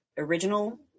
original